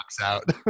out